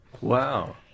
Wow